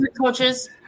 coaches